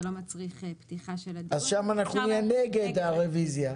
זה לא מצריך פתיחה של -- אז שם אנחנו נהייה נגד הרוויזיה.